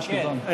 הרעש פתאום,